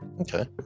Okay